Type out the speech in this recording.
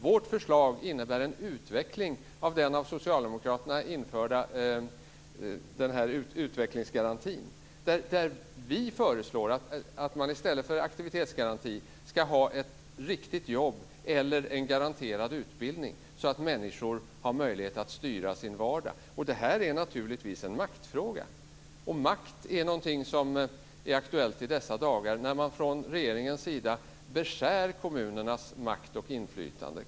Vårt förslag innebär en utveckling av den av socialdemokraterna införda utvecklingsgarantin. Vi föreslår att man i stället för aktivitetsgaranti ska ha ett riktigt jobb eller en garanterad utbildning så att människor har möjlighet att styra sin vardag. Det är naturligtvis en maktfråga. Makt är något som är aktuellt i dessa dagar när man från regeringens sida beskär i kommunernas makt och inflytande.